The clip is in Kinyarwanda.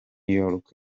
york